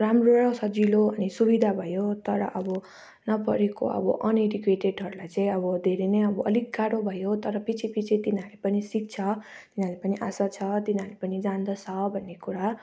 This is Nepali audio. राम्रो र सजिलो अनि सुविधा भयो तर अब नपढेको अब अनएडुकेटेडहरूलाई चाहिँ अब धेरै नै अब अलिक गाह्रो भयो तर पछि पछि तिनीहरू पनि सिक्छ तिनीहरू पनि आशा छ तिनीहरू पनि जान्दछ भन्ने कुरा